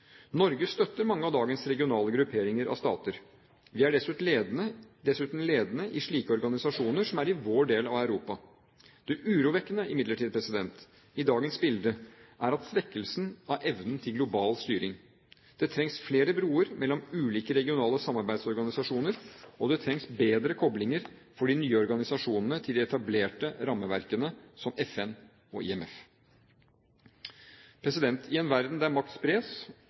Norge støtter mange av dagens regionale grupperinger av stater. Vi er dessuten ledende i slike organisasjoner som er i vår del av Europa. Det urovekkende i dagens bilde er imidlertid svekkelsen av evnen til global styring. Det trengs flere broer mellom ulike regionale samarbeidsorganisasjoner, og det trengs bedre koblinger for de nye organisasjonene til de etablerte rammeverkene som FN og IMF. I en verden der makt spres